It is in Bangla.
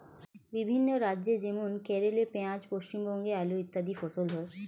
বিভিন্ন রাজ্য যেমন কেরলে পেঁয়াজ, পশ্চিমবঙ্গে আলু ইত্যাদি ফসল হয়